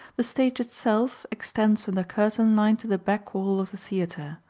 the stage itself extends from the curtain line to the back wall of the theatre,